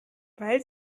weil